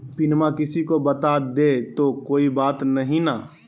पिनमा किसी को बता देई तो कोइ बात नहि ना?